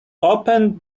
opened